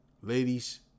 Ladies